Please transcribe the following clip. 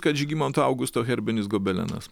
kad žygimanto augusto herbinis gobelenas